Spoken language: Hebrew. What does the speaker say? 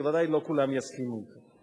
ובוודאי לא כולם יסכימו אתי.